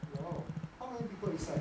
!wow! how many people inside